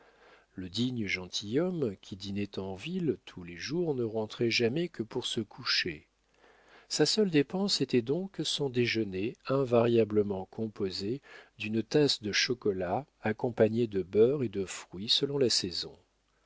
le digne gentilhomme qui dînait en ville tous les jours ne rentrait jamais que pour se coucher sa seule dépense était donc son déjeuner invariablement composé d'une tasse de chocolat accompagnée de beurre et de fruits selon la saison